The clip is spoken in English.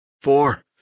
Four